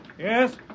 Yes